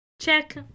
Check